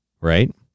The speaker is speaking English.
Right